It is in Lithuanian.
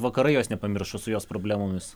vakarai jos nepamiršo su jos problemomis